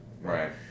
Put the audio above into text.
Right